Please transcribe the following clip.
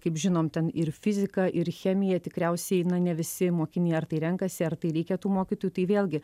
kaip žinom ten ir fizika ir chemija tikriausiai na ne visi mokiniai ar tai renkasi ar tai reikia tų mokytojų tai vėlgi